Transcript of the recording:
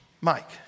Mike